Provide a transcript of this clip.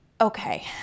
okay